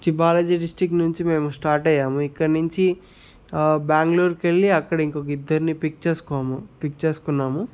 Shri Balaji district నుంచి మేము start అయ్యాము ఇక్కడి నించి బ్యాంగ్లూర్కెళ్లి అక్కడ ఇంకోక ఇద్దరిని పిక్ చేసుకోము పిక్ చేసుకున్నాము